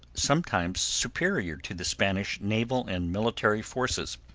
sometimes superior to the spanish naval and military forces.